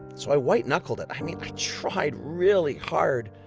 so, i white knuckled it. i mean i tried really hard,